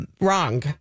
wrong